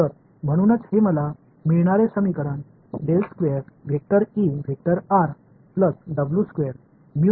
तर म्हणूनच हे मला मिळणारे समीकरण आहे